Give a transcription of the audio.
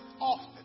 often